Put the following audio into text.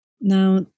Now